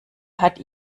hat